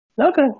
Okay